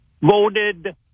voted